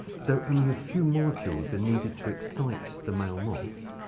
so only a few molecules are needed to excite the male moths.